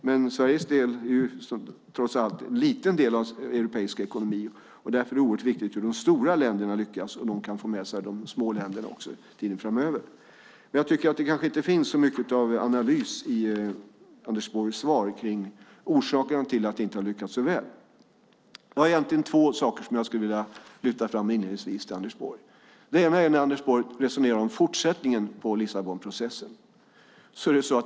Men Sveriges del är trots allt en liten del av europeisk ekonomi, och därför är det oerhört viktigt hur de stora länderna lyckas och om de kan få med sig de små länderna tiden framöver. Jag tycker att det inte finns så mycket av analys i Anders Borgs svar kring orsakerna till att vi inte har lyckats så väl. Det är två saker som jag inledningsvis skulle vilja lyfta fram till Anders Borg. Den ena är när Anders Borg resonerar om fortsättningen på Lissabonprocessen.